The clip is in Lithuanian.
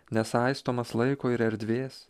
nesaistomas laiko ir erdvės